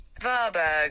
Varberg